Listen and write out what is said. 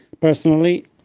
personally